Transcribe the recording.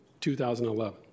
2011